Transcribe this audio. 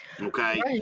okay